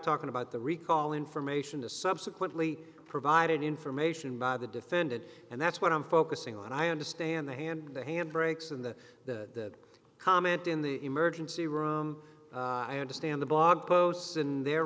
talking about the recall information is subsequently provided information by the defendant and that's what i'm focusing on i understand the hand the hand brakes and that comment in the emergency room i understand the blog posts in their